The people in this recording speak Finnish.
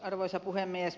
arvoisa puhemies